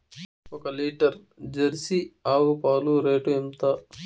ఒక litre Jersey ఆవు పాలు రేటు ఎంత?